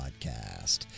podcast